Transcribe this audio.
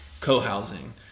co-housing